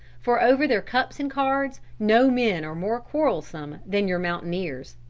for over their cups and cards no men are more quarrelsome than your mountaineers.